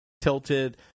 tilted